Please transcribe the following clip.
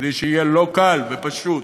כדי שיהיה לו קל ופשוט.